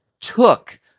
took